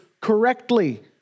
correctly